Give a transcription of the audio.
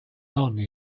none